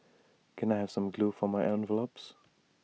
can I have some glue for my envelopes